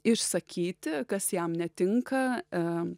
išsakyti kas jam netinka